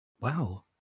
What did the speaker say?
Wow